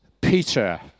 Peter